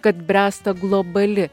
kad bręsta globali